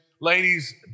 Ladies